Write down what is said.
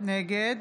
נגד